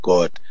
God